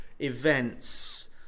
events